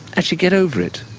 actually get over it.